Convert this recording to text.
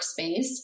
workspace